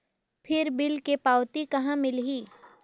फिर बिल के पावती कहा मिलही?